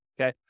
Okay